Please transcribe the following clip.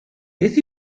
beth